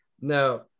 Now